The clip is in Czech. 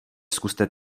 zkuste